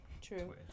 true